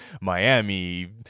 Miami